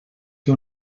que